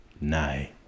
Nay